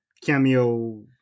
cameo